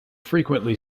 frequently